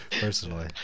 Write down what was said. personally